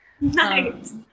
Nice